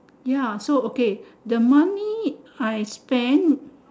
ya so okay the money I spend